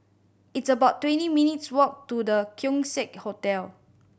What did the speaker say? it's about twenty minutes' walk to The Keong Saik Hotel